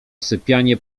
sypianie